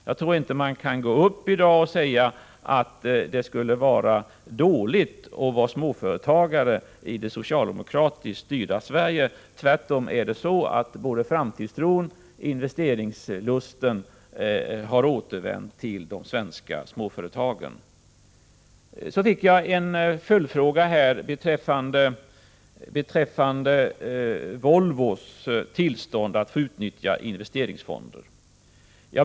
Jag tror inte att man i dag kan säga att det skulle vara dåligt att vara småföretagare i det socialdemokratiskt styrda Sverige. Det är tvärtom så, att både framtidstron och investeringslusten har återvänt till de svenska småföretagen. Jag fick en följdfråga beträffande Volvos tillstånd att utnyttja investerings fonder.